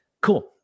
Cool